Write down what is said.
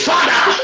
Father